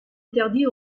interdit